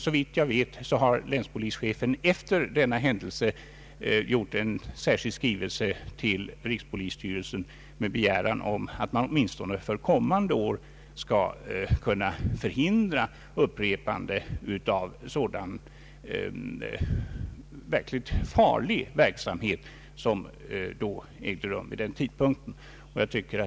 Såvitt jag vet har länspolischefen efter denna händelse sänt en särskild skrivelse till rikspolisstyrelsen med begäran om åtgärder så att man åtminstone för kommande år skall kunna förhindra ett upprepande av sådan verkligt farlig verksamhet som då ägde rum.